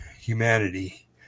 humanity